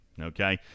okay